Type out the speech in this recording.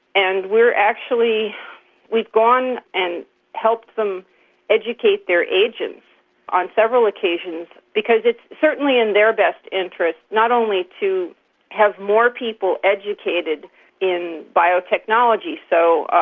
and actually we've gone and helped them educate their agents on several occasions, because it's certainly in their best interests, not only to have more people educated in biotechnology. so ah